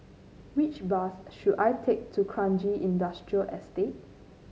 which bus should I take to Kranji Industrial Estate